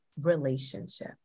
relationship